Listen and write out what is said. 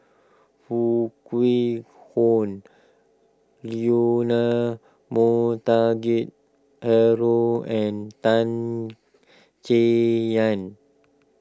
Foo Kwee Horng Leonard Montague Harrod and Tan Chay Yan